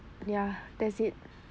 ya that's it